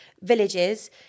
villages